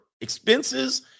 expenses